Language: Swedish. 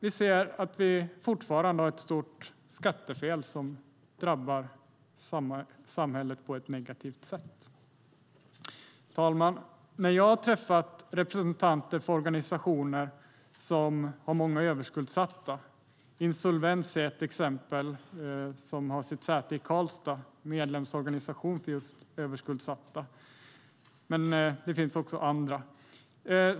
Vi ser att vi fortfarande har ett stort skattefel som drabbar samhället på ett negativt sätt. Herr talman! Jag har träffat representanter för organisationer som har många överskuldsatta. Insolvens är ett exempel, som har sitt säte i Karlstad, en medlemsorganisation för just överskuldsatta, men det finns också andra.